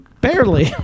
Barely